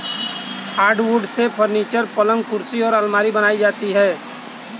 hardwood से furniture, पलंग कुर्सी और आलमारी बनाई जाती है